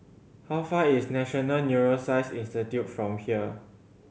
how far is National Neuroscience Institute from here